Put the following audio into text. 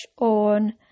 on